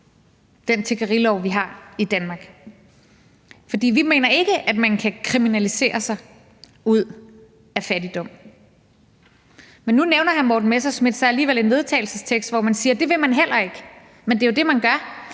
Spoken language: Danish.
den tiggerilov, vi har i Danmark. For vi mener ikke, at man kan kriminalisere sig ud af fattigdom. Men nu nævner hr. Morten Messerschmidt så alligevel en vedtagelsestekst, hvor man siger, at det vil man heller ikke. Men det er jo det, man gør.